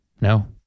No